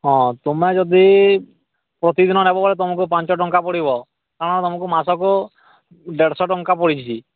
ହଁ ତୁମେ ଯଦି ପ୍ରତିଦିନ ନେବ ବୋଲେ ତୁମକୁ ପାଞ୍ଚଟଙ୍କା ପଡ଼ିବ କାରଣ ତୁମକୁ ମାସକୁ ଦେଢ଼ଶ ଟଙ୍କା ପଡୁଛି